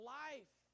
life